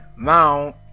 now